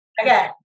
okay